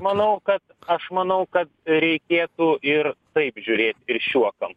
manau kad aš manau ka reikėtų ir taip žiūrėt ir šiuo kam